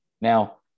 Now –